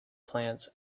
plants